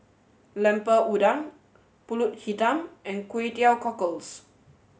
Lemper Udang Pulut Hitam and Kway Teow Cockles